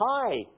Hi